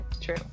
True